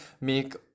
make